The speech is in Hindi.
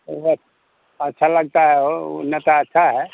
एक बात अच्छा लगता है वह ऊ नेता अच्छा है